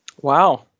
Wow